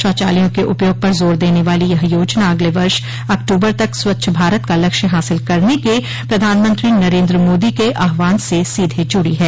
शौचालयों के उपयोग पर जोर देने वाली यह योजना अगले वर्ष अक्तूबर तक स्वच्छ भारत का लक्ष्य हासिल करने के प्रधानमंत्री नरेन्द्र मोदी के आह्वान से सीधे जुड़ी है